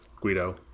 Guido